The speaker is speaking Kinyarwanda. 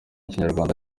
ikinyarwanda